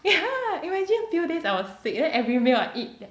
ya imagine few days I was sick then every meal I eat